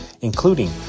including